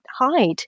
hide